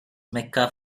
mecca